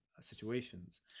situations